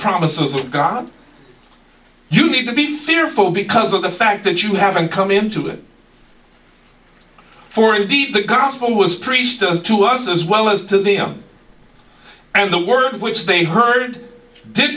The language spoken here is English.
promises of god you need to be fearful because of the fact that you haven't come into it for indeed the gospel was preached to us as well as to them and the word which they heard did